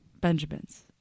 Benjamins